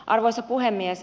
arvoisa puhemies